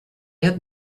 had